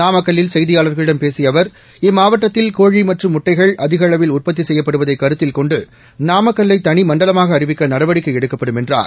நாமக்கல்லில் செய்தியாளர்களிடம் பேசிய அவர் இம்மாவட்டத்தில் கோழி மற்றும் முட்டைகள் அதிக அளவில் உற்பத்தி செய்யப்படுவதை கருத்தில் கொண்டு நாமக்கல்லை தனி மண்டலமாக அறிவிக்க நடவடிக்கை எடுக்கப்படும் என்றார்